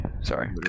Sorry